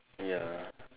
ya